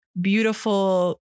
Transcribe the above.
beautiful